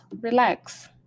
relax